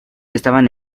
estaban